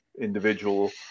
individual